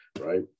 right